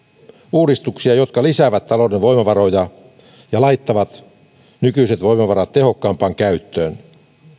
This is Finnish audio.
uudistuksia jotka lisäävät talouden voimavaroja ja laittavat nykyiset voimavarat tehokkaampaan käyttöön